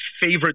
favorite